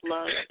Love